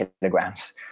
kilograms